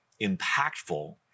impactful